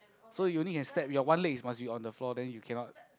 so you only can step your one leg must be on the floor then you cannot